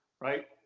right